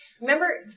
Remember